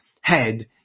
head